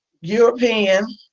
European